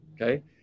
Okay